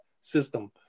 system